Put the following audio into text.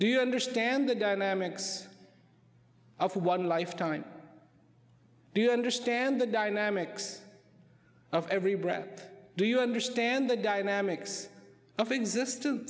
do you understand the dynamics of one life time do you understand the dynamics of every breath do you understand the dynamics of existence